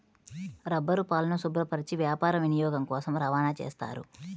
రబ్బరుపాలను శుభ్రపరచి వ్యాపార వినియోగం కోసం రవాణా చేస్తారు